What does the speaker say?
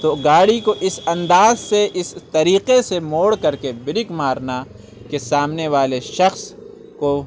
تو گاڑی کو اس انداز سے اس طریقے سے موڑ کر کے بریک مارنا کہ سامنے والے شخص کو